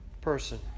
person